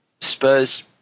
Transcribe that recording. Spurs